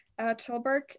Tilburg